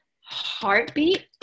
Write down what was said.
heartbeat